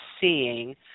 seeing